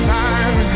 time